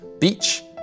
beach